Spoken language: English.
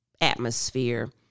atmosphere